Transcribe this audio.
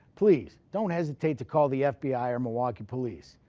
please don't hesitate to call the fbi or milwaukee police.